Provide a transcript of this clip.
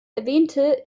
erwähnte